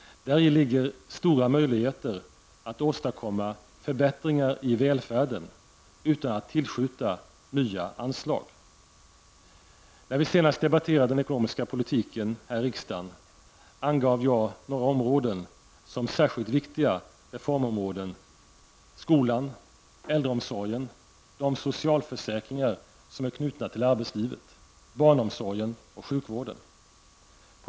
Däri ligger stora möjligheter att åstadkomma förbättringar i välfärden utan att tillskjuta nya anslag. När vi senast debatterade den ekonomiska politiken här i riksdagen angav jag några områden som särskilt viktiga reformområden, nämligen skolan, äldreomsorgen, de socialförsäkringar som är knutna till arbetslivet, barnomsorgen och sjukvården.